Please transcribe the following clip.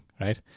right